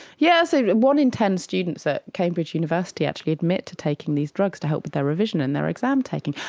yeah so one in ten students at cambridge university actually admit to taking these drugs to help with their revision and their exam-taking,